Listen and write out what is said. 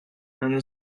and